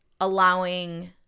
allowing